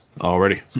Already